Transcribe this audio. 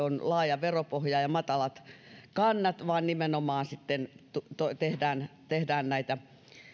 laaja veropohja ja matalat kannat vaan nimenomaan tehdään tehdään näitä